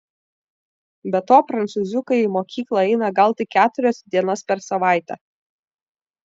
be to prancūziukai į mokyklą eina gal tik keturias dienas per savaitę